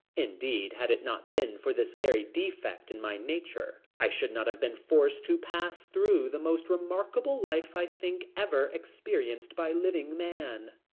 indeed, had it not been for this very defect in my nature, i should not have been forced to pass through the most remarkable life, i think, ever experienced by living man.